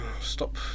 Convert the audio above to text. stop